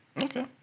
Okay